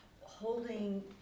holding